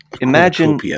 imagine